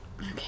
Okay